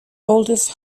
oldest